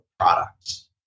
Products